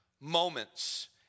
Moments